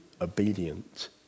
obedient